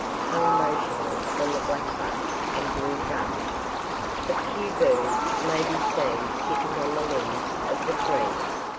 hang motionless from the black-butts and blue gums a few birds may be seen sitting on the limbs of the trees,